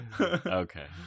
Okay